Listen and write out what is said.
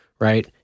Right